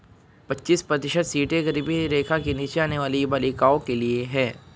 पच्चीस प्रतिशत सीटें गरीबी रेखा के नीचे आने वाली बालिकाओं के लिए है